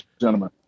gentlemen